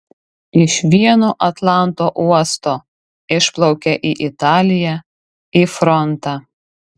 iš vieno atlanto uosto išplaukia į italiją į frontą